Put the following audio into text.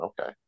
okay